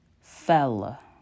fell